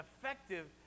effective